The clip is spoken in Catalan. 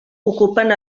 ocupen